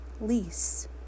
Lease